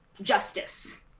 justice